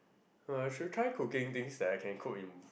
uh should trying cooking things that I can cook in